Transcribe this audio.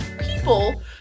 people